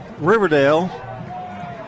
Riverdale